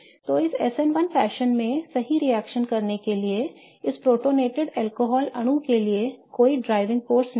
तो इस SN1 fashion में सही रिएक्शन करने के लिए इस प्रोटोनेटेड अल्कोहल अणु के लिए कोई ड्राइविंग बल नहीं है